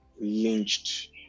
lynched